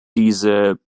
diese